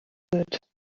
vermasselt